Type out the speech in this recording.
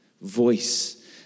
Voice